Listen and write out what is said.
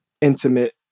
intimate